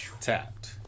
Tapped